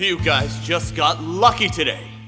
it you guys just got lucky today